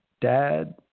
dad